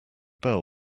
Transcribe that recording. bell